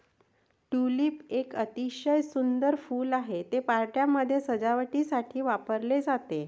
tulip एक अतिशय सुंदर फूल आहे, ते पार्ट्यांमध्ये सजावटीसाठी वापरले जाते